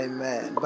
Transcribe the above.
Amen